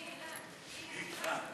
אילן, אילן,